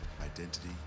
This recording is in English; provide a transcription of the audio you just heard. identity